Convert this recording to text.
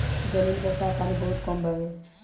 जमीन पर साफ पानी बहुत कम बावे